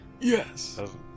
Yes